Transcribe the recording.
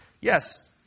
Yes